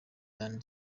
nyene